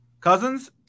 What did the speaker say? Cousins